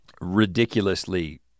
ridiculously